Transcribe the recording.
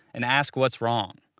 and asks what's wrong.